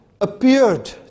appeared